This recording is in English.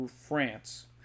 France